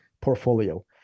portfolio